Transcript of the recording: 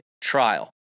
trial